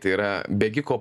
tai yra bėgiko